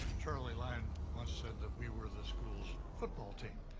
charlie lyon once said that we were the school's football team.